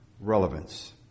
relevance